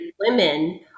women